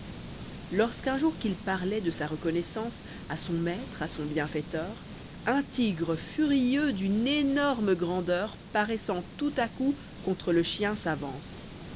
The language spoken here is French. lorsqu'un jour qu'il partait de sa recorinoissance a son maître à son bienfaiteur un tigre furieux â'une énorme grandeur paraissant tout à coup contre le chien s'avance